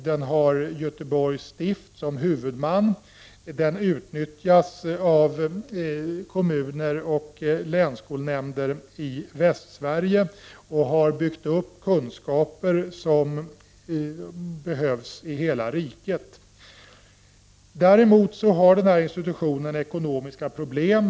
Den har Göteborgs stift som huvudman, den utnyttjas av kommuner och länsskolnämnder i Västsverige, och den har byggt upp kunskaper som behövs i hela riket. Däremot har denna institution ekonomiska problem.